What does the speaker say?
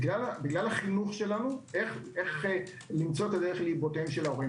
בגלל החינוך שלנו איך למצוא את הדרך לליבותיהם של ההורים.